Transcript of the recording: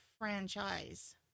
franchise